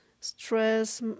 stress